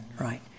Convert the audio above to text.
Right